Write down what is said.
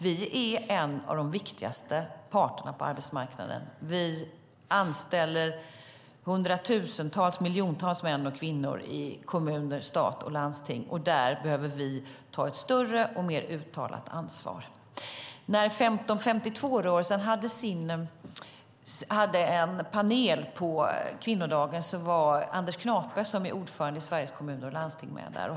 Vi är en av de viktigaste parterna på arbetsmarknaden. Vi anställer miljontals män och kvinnor i kommuner, stat och landsting, och där behöver vi ta ett större och mer uttalat ansvar. När 15.52-rörelsen hade en panel på kvinnodagen var Anders Knape, som är ordförande i Sveriges Kommuner och Landsting, med där.